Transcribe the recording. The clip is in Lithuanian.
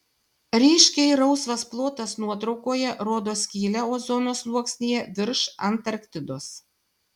ryškiai rausvas plotas nuotraukoje rodo skylę ozono sluoksnyje virš antarktidos